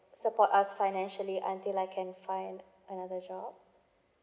support us financially until I can find another job